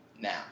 now